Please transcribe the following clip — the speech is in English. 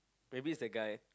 maybe it's the guy